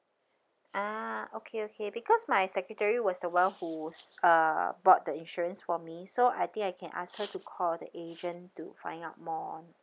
ah okay okay because my secretary was the [one] who s~ uh bought the insurance for me so I think I can ask her to call the agent to find out more on